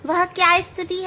वह क्या स्थिति है